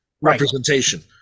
representation